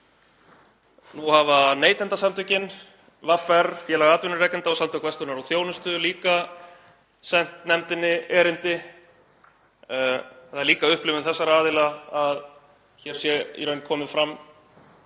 Nú hafa Neytendasamtökin, VR, Félag atvinnurekenda og Samtök verslunar og þjónustu líka sent nefndinni erindi. Það er líka upplifun þessara aðila að hér sé í raun komið fram